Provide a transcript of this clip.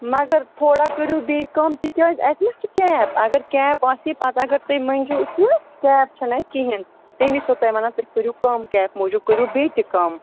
مگر تھوڑا کٔرِو بیٚیہِ کم تِکیٛازِ اتہِ ما چھِ کیپ اگر کیپ آسہِ ہے پتہٕ اگر تُہۍ مٔنٛگۍہوٗ تہِ کیپ چھَنہٕ اَتہِ کِہیٖنٛۍ تمِو چھَسو تۅہہِ ونان تُہۍ کٔرِو کم کیپہٕ موٗجوٗب کٔرِو بیٚیہِ تہِ کم